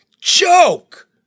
Joke